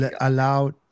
allowed